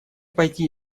пойти